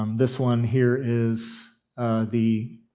um this one here is the